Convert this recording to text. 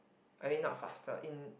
I mean not faster in